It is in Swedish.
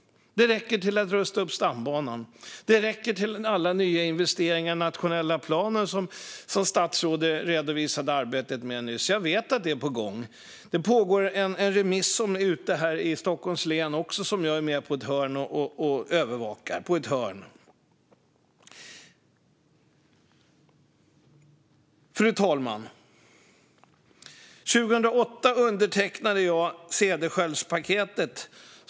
De räcker till att rusta upp stambanan. De räcker till alla nya investeringar i den nationella plan som statsrådet nyss redovisade arbetet med. Jag vet att det är på gång. En remiss är ute i Stockholms län också, och där är jag med på ett hörn och övervakar. Fru talman! År 2008 undertecknade jag Cederschiöldspaketet.